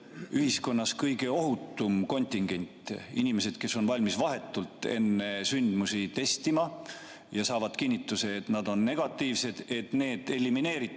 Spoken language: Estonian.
ühiskonnas kõige ohutum kontingent – inimesed, kes on valmis vahetult enne sündmusi ennast testima ja saavad kinnituse, et nad on negatiivsed – elimineeritakse